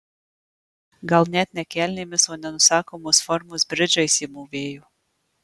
gal net ne kelnėmis o nenusakomos formos bridžais ji mūvėjo